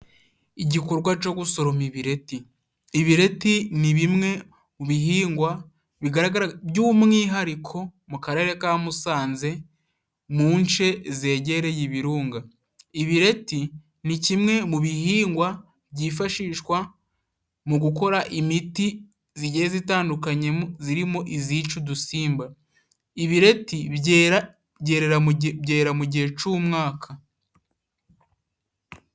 Igikorwa co gusoroma ibireti. Ibireti ni bimwe mu bihingwa by'umwihariko mu Karere ka Musanze mu nce zegereye ibirunga. Ibireti ni kimwe mu bihingwa byifashishwa mu gukora imiti zigiye zitandukanye, zirimo izica udusimba. Ibireti byera byerera mu byera mu gihe c'umwaka.